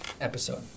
episode